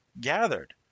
gathered